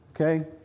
Okay